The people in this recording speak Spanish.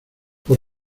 por